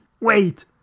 Wait